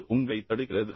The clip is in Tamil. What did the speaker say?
எது உங்களைத் தடுக்கிறது